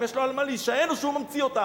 אם יש לו על מה להישען או שהוא ממציא אותם,